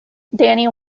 danny